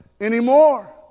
anymore